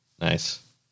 Nice